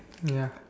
ya